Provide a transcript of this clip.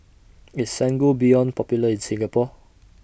IS Sangobion Popular in Singapore